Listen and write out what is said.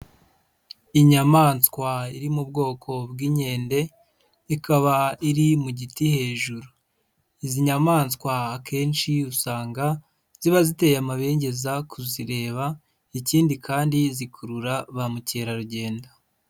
Inyamaswa iri mu bwoko bw'inkende ikaba iri mu giti hejuru. Izi nyamaswa akenshi usanga ziba ziteye amabengeza kuzireba ikindi kandi zikurura ba mukerarugendo.